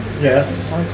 Yes